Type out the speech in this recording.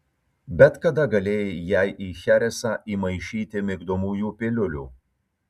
bet kada galėjai jai į cheresą įmaišyti migdomųjų piliulių